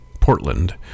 portland